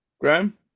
Graham